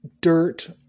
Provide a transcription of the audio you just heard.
dirt